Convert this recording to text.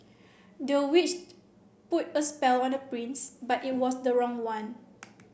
the witch put a spell on the prince but it was the wrong one